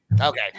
Okay